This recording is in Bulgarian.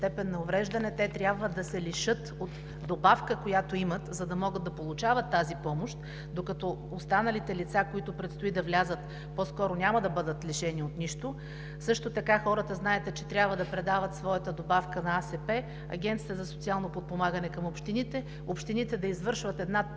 трябва да се лишат от добавка, която имат, за да могат да получават тази помощ, докато останалите лица, които предстои да влязат, по-скоро няма да бъдат лишени от нищо. Също така, знаете, хората трябва да предават своята добавка на Агенцията за социално подпомагане към общините, а общините да извършват много